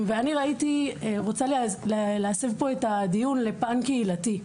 הייתי רוצה להסב את הדיון לפן הקהילתי.